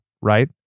right